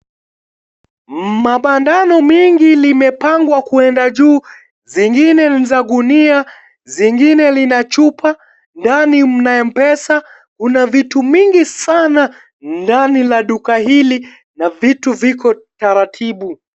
Mabandano mingi limepangwa kuenda juu, zingine ni za gunia, zingine lina chupa, ndani mna MPESA. Kuna vitu mingi sana ndani la duka hili na vitu viko taratibu.